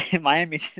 Miami